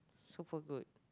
so far good